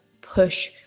push